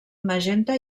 magenta